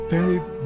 Dave